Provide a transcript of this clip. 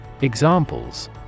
Examples